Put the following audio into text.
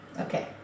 Okay